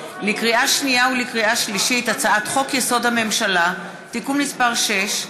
לקריאה שנייה ולקריאה שלישית: הצעת חוק-יסוד: הממשלה (תיקון מס' 6),